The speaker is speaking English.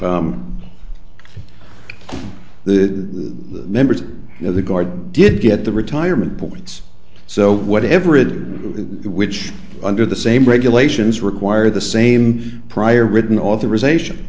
the members of the guard did get the retirement points so whatever it was which under the same regulations require the same prior written authorization